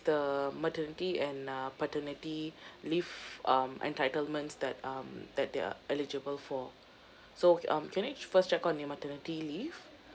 the maternity and uh paternity leave um entitlements that um that they're eligible for so okay um can I first check on the maternity leave